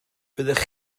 byddech